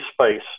space